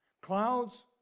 Clouds